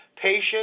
patient